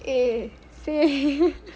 eh same